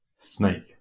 snake